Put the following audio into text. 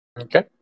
Okay